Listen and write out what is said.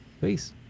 Peace